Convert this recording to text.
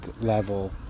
level